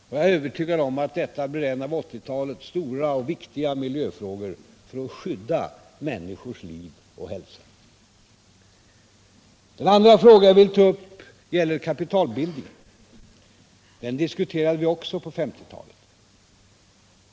Jag är övertygad om att detta blir en av 1980-talets stora och viktiga miljöfrågor, för att skydda människornas liv och hälsa. Den andra frågan jag vill ta upp gäller kapitalbildningen. Den diskuterade vi också på 1950-talet.